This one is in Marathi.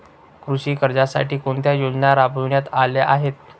कृषी कर्जासाठी कोणत्या योजना राबविण्यात आल्या आहेत?